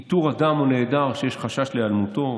איתור אדם או נעדר שיש חשש להיעלמותו,